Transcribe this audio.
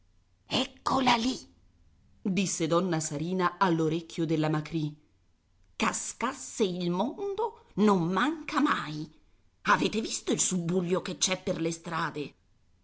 eccola lì disse donna sarina all'orecchio della macrì cascasse il mondo non manca mai avete visto il subbuglio che c'è per le strade